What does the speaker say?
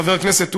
חבר הכנסת עודה,